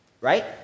Right